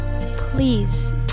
Please